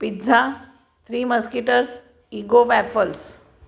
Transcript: pizza three musketeers ego waffles